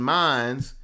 minds